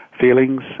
feelings